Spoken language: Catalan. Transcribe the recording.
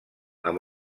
amb